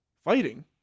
fighting